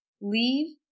leave